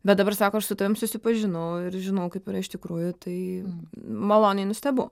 bet dabar sako aš su tavimi susipažinau ir žinau kaip yra iš tikrųjų tai maloniai nustebau